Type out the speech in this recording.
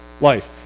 life